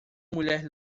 mulher